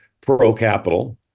pro-capital